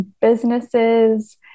businesses